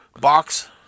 Box